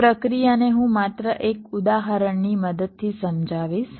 તો પ્રક્રિયાને હું માત્ર એક ઉદાહરણની મદદથી સમજાવીશ